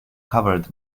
covered